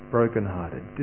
Brokenhearted